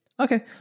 Okay